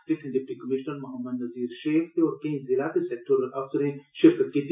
जित्थे deputy commissioner Mohammad Nazir Sheikh ते होर कोई ज़िल ते सेक्टोरल अफसरें शिरकत कीती